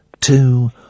two